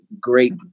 great